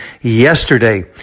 yesterday